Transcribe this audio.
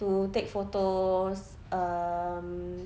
to take photos um